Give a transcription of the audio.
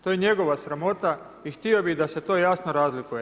To je njegova sramota i htio bih da se to jasno razlikuje.